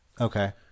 Okay